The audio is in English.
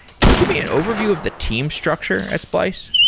can you give me an overview of the team structure at splice?